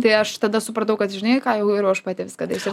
tai aš tada supratau kad žinai ką jau geriau aš pati viską darysiu ir